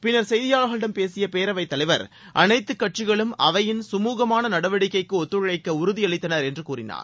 பின்னர் செய்தியாளர்களிடம் பேசிய பேரவைத் தலைவர் அனைத்துக் கட்சிகளும் அவையின் சுமூகமான நடவடிக்கைக்கு ஒத்துழைக்க உறுதியளித்தனர் என்று கூறினார்